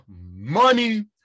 Money